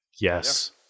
yes